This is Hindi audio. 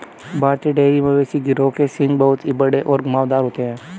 भारतीय डेयरी मवेशी गिरोह के सींग बहुत ही बड़े और घुमावदार होते हैं